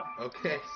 Okay